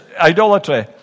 idolatry